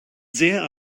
sehr